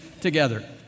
together